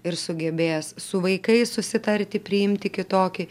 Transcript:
ir sugebės su vaikais susitarti priimti kitokį